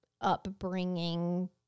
upbringing